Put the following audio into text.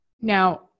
Now